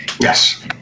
Yes